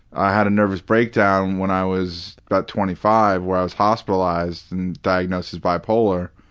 i had a nervous breakdown when i was about twenty five where i was hospitalized, and diagnosed as bipolar.